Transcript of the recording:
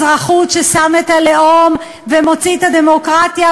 הצעת החוק מציעה לתקן את סעיפים 1 ו-2 בפקודת הסטטיסטיקה ,